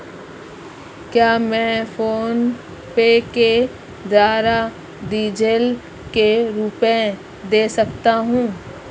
क्या मैं फोनपे के द्वारा डीज़ल के रुपए दे सकता हूं?